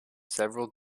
several